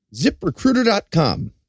ziprecruiter.com